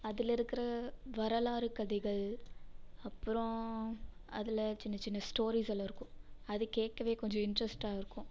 அதில் இருக்கிற வரலாறு கதைகள் அப்பறம் அதில் சின்ன சின்ன ஸ்டோரீஸ் எல்லாம் இருக்கும் அது கேட்கவே கொஞ்சம் இன்ட்ரெஸ்ட்டாக இருக்கும்